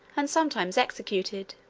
and sometimes executed